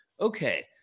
okay